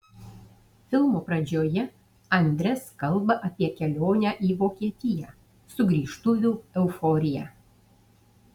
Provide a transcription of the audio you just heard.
filmo pradžioje andres kalba apie kelionę į vokietiją sugrįžtuvių euforiją